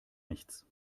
nichts